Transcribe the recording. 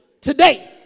today